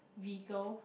vehicle